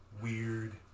weird